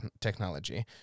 technology